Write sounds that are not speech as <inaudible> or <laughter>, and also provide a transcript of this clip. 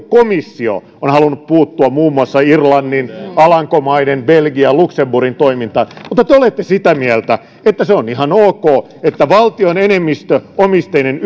<unintelligible> komissio on halunnut puuttua muun muassa irlannin alankomaiden belgian luxemburgin toimintaan mutta te olette sitä mieltä että se on ihan ok että valtion enemmistöomisteinen <unintelligible>